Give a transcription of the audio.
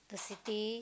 the city